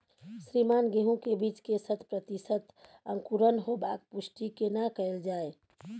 श्रीमान गेहूं के बीज के शत प्रतिसत अंकुरण होबाक पुष्टि केना कैल जाय?